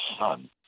son